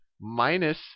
minus